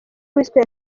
wiswe